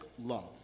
love